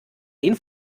den